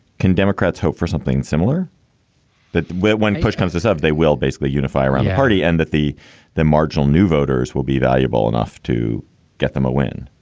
can democrats hope for something similar that when push comes to shove, they will basically unify around the party and that the the marginal new voters will be valuable enough to get them a win?